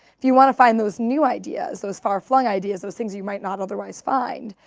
if you want to find those new ideas, those far flung ideas, those things you might not otherwise find,